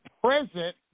present